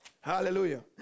Hallelujah